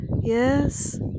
yes